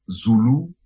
Zulu